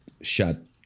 shut